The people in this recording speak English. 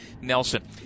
Nelson